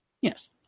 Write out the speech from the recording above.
Yes